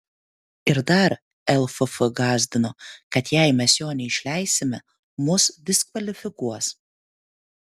ir dar lff gąsdino kad jei mes jo neišleisime mus diskvalifikuos